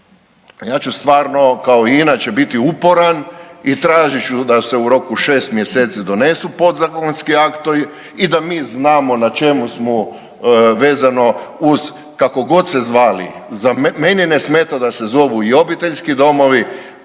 ja ću stvarno kao i inače biti uporan i tražit ću da se u roku 6 mjeseci donesu podzakonski aktovi i da mi znamo na čemu smo vezano uz kako god se zvali. Meni ne smeta da se zovu i obiteljski domovi,